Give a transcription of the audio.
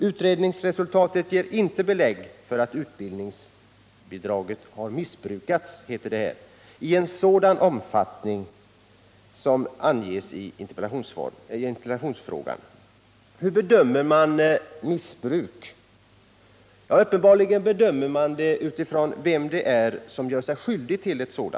Utredningsresultatet ger inte belägg för att utbildningsbidraget har missbrukats i sådan omfattning som anges i interpellationen, heter det. Hur bedömer man missbruk? Uppenbarligen bedömer man' det med utgångspunkt i vem det är som gör sig skyldig till det.